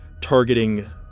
targeting